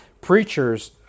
Preachers